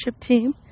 team